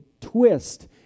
twist